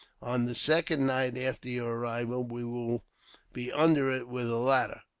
on the second night after your arrival, we will be under it with a ladder.